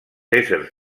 éssers